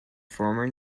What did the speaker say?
former